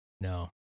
No